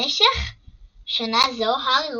במשך שנה זו הארי,